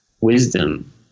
wisdom